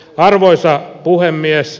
arvoisa puhemies